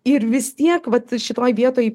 ir vis tiek vat šitoj vietoj